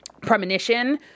premonition